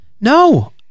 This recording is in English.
No